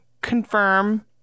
confirm